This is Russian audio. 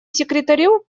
секретарю